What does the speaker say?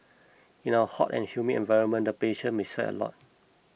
in our hot and humid environment the patients may sweat a lot